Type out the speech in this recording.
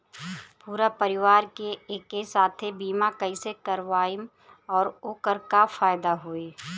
पूरा परिवार के एके साथे बीमा कईसे करवाएम और ओकर का फायदा होई?